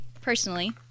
personally